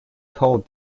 cold